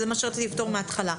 את זה רציתי לפתור מהתחלה.